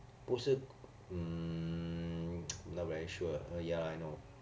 不是 mm not very sure ah ya I know